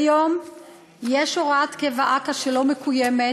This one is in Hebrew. כיום יש הוראת קבע, אכ"א, שלא מקוימת,